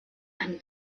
eine